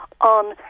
On